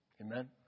Amen